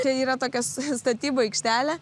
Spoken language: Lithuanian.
tai yra tokia statybų aikštelė